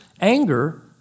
anger